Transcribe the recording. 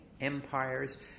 Empires